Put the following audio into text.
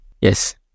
Yes